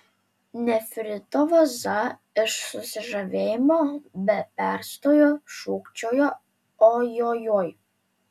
nefrito vaza iš susižavėjimo be perstojo šūkčiojo ojojoi